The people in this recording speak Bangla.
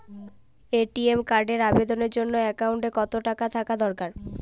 এ.টি.এম কার্ডের আবেদনের জন্য অ্যাকাউন্টে কতো টাকা থাকা দরকার?